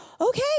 okay